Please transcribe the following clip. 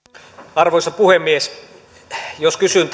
arvoisa puhemies jos kysyn